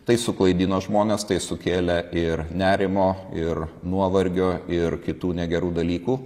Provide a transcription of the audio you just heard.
tai suklaidino žmones tai sukėlė ir nerimo ir nuovargio ir kitų negerų dalykų